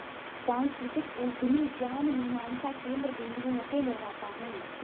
सांस्कृतिक उद्यमी ज्ञान मीमांसा केन्द्र बिन्दुओं के निर्माता हैं